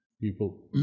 people